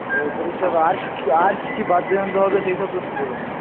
ও প্রতিষ্ঠা হবে আর কী কী আর কী কী বাদ্যযন্ত্র হবে সেসব একটু বলুন না